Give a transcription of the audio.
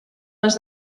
les